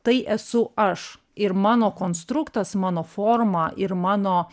tai esu aš ir mano konstruktas mano forma ir mano